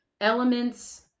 elements